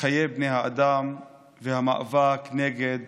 חיי בני האדם והמאבק נגד